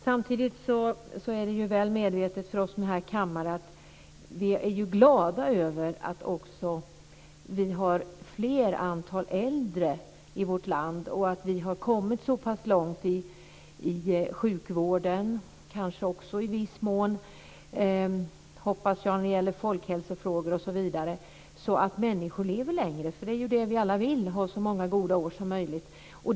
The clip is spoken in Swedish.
Samtidigt är vi väl medvetna om här i kammaren att det finns fler äldre i vårt land, att vi har kommit så pass långt i vårt land när det gäller folkhälsofrågor att människor lever längre. Vi vill ju alla ha så många goda år som möjligt.